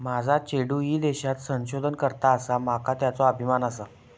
माझा चेडू ईदेशात संशोधन करता आसा, माका त्येचो अभिमान आसा